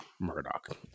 Murdoch